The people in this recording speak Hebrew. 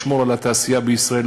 לשמור על התעשייה בישראל,